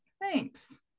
thanks